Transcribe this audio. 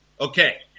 Okay